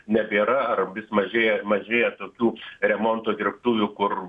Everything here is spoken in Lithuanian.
nebėra ar vis mažėja mažėja tokių remonto dirbtuvių kur